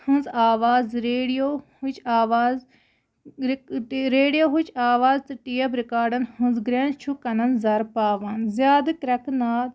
ہٕنٛز آواز ریڈیوہٕچ آواز ریڈیوہٕچ آواز تہٕ ٹیپ رِکاڑَن ہٕنٛز گرٛینٛز چھُ کَنَن زَر پاوان زیادٕ کَرٛٮ۪کہٕ ناد